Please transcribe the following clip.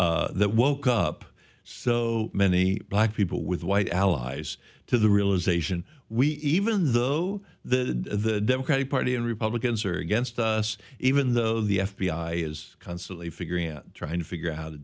that woke up so many black people with white allies to the realization we even though the democratic party and republicans are against us even though the f b i is constantly figuring out trying to figure out how to